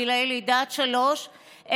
מגיל לידה עד שלוש,